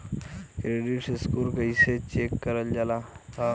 Credit score कइसे check करल जायी?